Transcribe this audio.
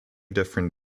different